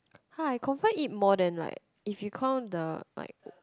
!huh! I confirm eat more than like if you count the like